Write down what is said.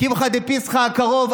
קמחא דפסחא הקרוב,